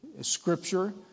Scripture